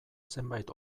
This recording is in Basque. zenbait